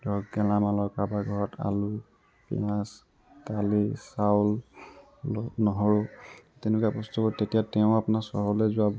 ধৰক গেলামালৰ কাৰোবাৰ ঘৰত আলু পিঁয়াজ দালি চাউল ন নহৰু তেনেকুৱা বস্তুবোৰ তেতিয়া তেওঁ আপোনাৰ চহৰলৈ যোৱা